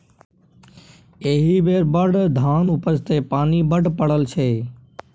एहि बेर बड़ धान उपजतै पानि बड्ड पड़ल छै